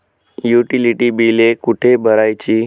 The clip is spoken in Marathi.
युटिलिटी बिले कुठे भरायची?